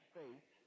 faith